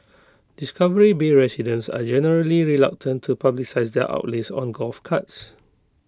discovery bay residents are generally reluctant to publicise their outlays on golf carts